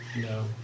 No